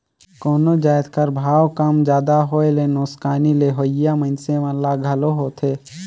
कोनो जाएत कर भाव कम जादा होए ले नोसकानी लेहोइया मइनसे मन ल घलो होएथे